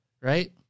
right